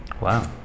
wow